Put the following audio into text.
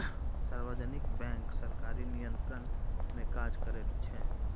सार्वजनिक बैंक सरकारी नियंत्रण मे काज करैत छै